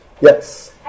Yes